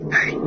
Hey